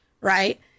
Right